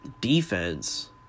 defense